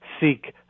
seek